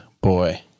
Boy